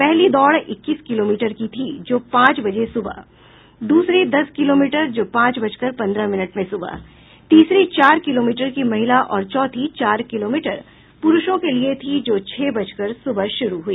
पहली दौड़ इक्कीस किलोमीटर की थी जो पांच बजे सुबह द्रसरी दस किलोमीटर जो पांच बजकर पंद्रह मिनट में सुबह तीसरी चार किलोमीटर की महिला और चौथी चार किलोमीटर पुरुषों के लिए थी जो छह बजे सुबह शुरू हुई